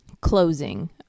closing